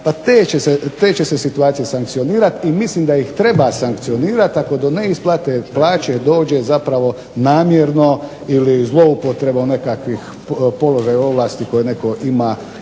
pa te će se situacije sankcionirati i mislim da ih treba sankcionirati ako do neisplate plaće dođe namjerno ili zloupotrebom nekakvih položaja ovlasti koje netko ima